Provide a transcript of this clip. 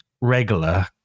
regular